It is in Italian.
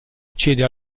accede